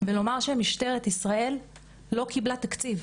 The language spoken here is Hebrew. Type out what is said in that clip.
ולומר שמשטרת ישראל לא קיבלה תקציב.